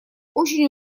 очень